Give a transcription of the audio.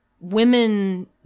women